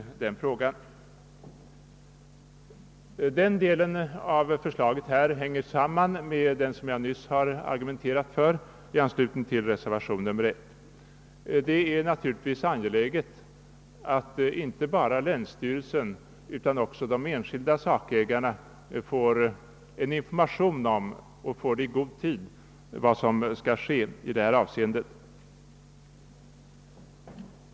Den delen av förslaget hänger samman med den som jag nyss har argumenterat för i anslutning till reservation I. Det är naturligtvis angeläget att inte bara länsstyrelsen utan också de enskilda sakägarna får information — och får den i god tid — om vad som skall ske i detta avseende.